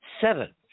seven